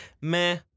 meh